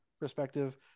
perspective